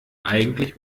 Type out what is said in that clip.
eigentlich